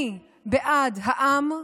אני בעד העם,